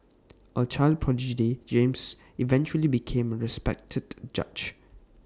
A child prodigy James eventually became A respected judge